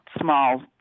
small